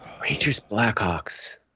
Rangers-Blackhawks